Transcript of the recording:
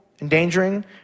endangering